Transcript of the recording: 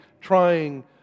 trying